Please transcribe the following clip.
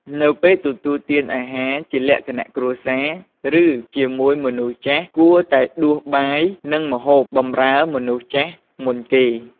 នៅពេលទទួលទានអាហារជាលក្ខណៈគ្រួសារ ឬជាមួយមនុស្សចាស់ គួរតែដួសបាយនិងម្ហូបបម្រើមនុស្សចាស់មុនគេ។